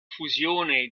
fusione